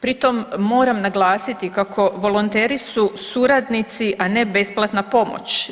Pri tom moram naglasiti kako volonteri su suradnici, a ne besplatna pomoć.